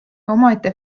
omaette